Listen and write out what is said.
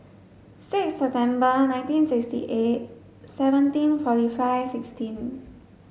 six September nineteen sixty eight seventeen forty five sixteen